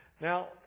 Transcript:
Now